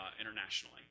internationally